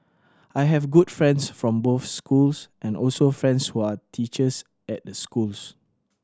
I have good friends from both schools and also friends who are teachers at the schools